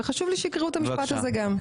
וחשוב לי שיקראו את המשפט הזה גם.